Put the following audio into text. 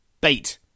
Bait